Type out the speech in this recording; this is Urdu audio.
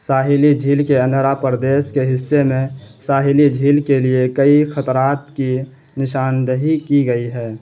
ساحلی جھیل کے انھرا پردیس کے حصے میں ساحلی جھیل کے لیے کئی خطرات کی نشاندہی کی گئی ہے